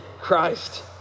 Christ